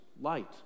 light